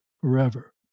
forever